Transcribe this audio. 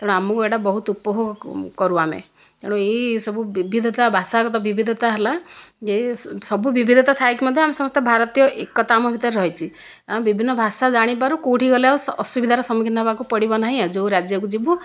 ତେଣୁ ଆମକୁ ଏହିଟା ବହୁତ ଉପଭୋଗ କରୁ ଆମେ ତେଣୁ ଏହି ସବୁ ବିବିଧତା ଭାଷା ଗତ ବିବିଧତା ହେଲା ଏହି ସବୁ ବିବିଧତା ଥାଇକି ମଧ୍ୟ ଆମେ ସମସ୍ତେ ଭାରତୀୟ ଏକତା ଆମ ଭିତରେ ରହିଛି ଆମେ ବିଭିନ୍ନ ଭାଷା ଜାଣିପାରୁ କେଉଁଠିକି ଗଲେ ଆଉ ଅସୁବିଧାର ସମ୍ମୁଖୀନ ହେବାକୁ ପଡ଼ିବ ନାଇଁ ଯେଉଁ ରାଜ୍ୟକୁ ଯିବୁ